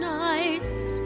nights